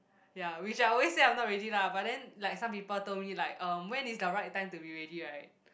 ya which I always said I'm not ready lah but then like some people told me like um when is the right time to be ready right